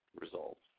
results